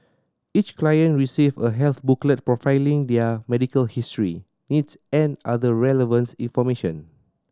each client receive a health booklet profiling their medical history needs and other relevant information